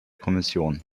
kommission